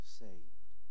saved